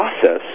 process